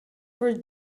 for